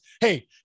hey